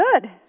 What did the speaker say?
good